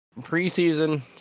preseason